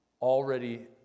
already